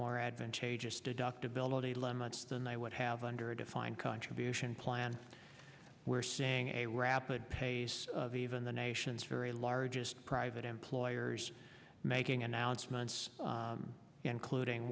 more advantageous deductibility limits than they would have under a defined contribution plan we're seeing a rapid pace of even the nation's very largest private employers making announcements including